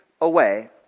away